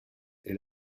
est